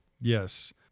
yes